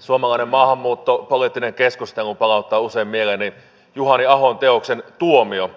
suomalainen maahanmuuttopoliittinen keskustelu palauttaa usein mieleeni juhani ahon teoksen tuomio